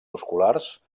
musculars